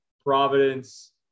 Providence